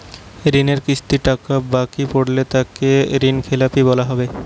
ঋণের কিস্তি কটা বাকি পড়লে তাকে ঋণখেলাপি বলা হবে?